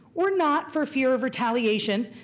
or not for fear of retaliation,